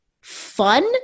fun